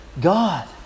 God